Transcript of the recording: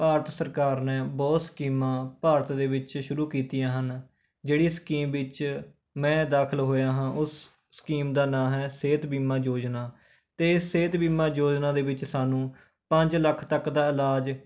ਭਾਰਤ ਸਰਕਾਰ ਨੇ ਬਹੁਤ ਸਕੀਮਾਂ ਭਾਰਤ ਦੇ ਵਿੱਚ ਸ਼ੁਰੂ ਕੀਤੀਆਂ ਹਨ ਜਿਹੜੀ ਸਕੀਮ ਵਿੱਚ ਮੈਂ ਦਾਖਲ ਹੋਇਆ ਹਾਂ ਉਸ ਸਕੀਮ ਦਾ ਨਾਂ ਹੈ ਸਿਹਤ ਬੀਮਾ ਯੋਜਨਾ ਅਤੇ ਸਿਹਤ ਬੀਮਾ ਯੋਜਨਾ ਦੇ ਵਿੱਚ ਸਾਨੂੰ ਪੰਜ ਲੱਖ ਤੱਕ ਦਾ ਇਲਾਜ